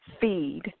feed